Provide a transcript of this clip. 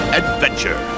adventure